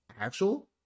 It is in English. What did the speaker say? actual